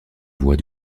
voie